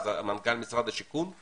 אז מנכ"ל משרד השיכון.